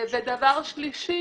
דבר שלישי,